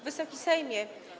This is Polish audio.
Wysoki Sejmie!